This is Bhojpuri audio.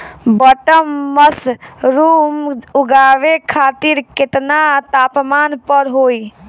बटन मशरूम उगावे खातिर केतना तापमान पर होई?